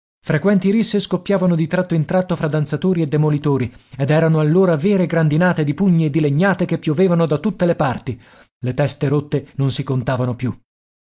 frequenti risse scoppiavano di tratto in tratto fra danzatori e demolitori ed erano allora vere grandinate di pugni e di legnate che piovevano da tutte le parti le teste rotte non si contavano più